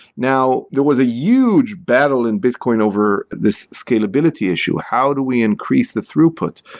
now, there was a huge battle in bitcoin over this scalability issue. how do we increase the throughput?